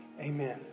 Amen